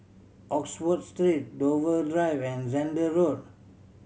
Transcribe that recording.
Oxford Street Dover Drive and Zehnder Road